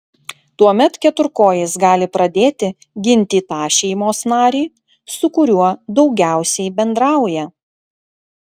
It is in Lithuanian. tuomet keturkojis gali pradėti ginti tą šeimos narį su kuriuo daugiausiai bendrauja